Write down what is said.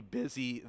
busy